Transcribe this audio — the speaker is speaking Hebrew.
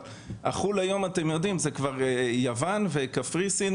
אבל אתם יודעים שחו"ל היום זה יוון וקפריסין